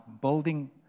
building